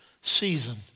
season